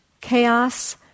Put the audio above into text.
chaos